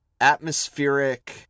Atmospheric